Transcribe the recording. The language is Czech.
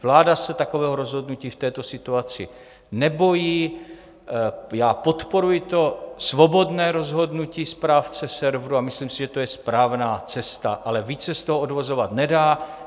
Vláda se takového rozhodnutí v této situaci nebojí, já podporuji to svobodné rozhodnutí správce serveru a myslím si, že je to správná cesta, ale více se z toho odvozovat nedá.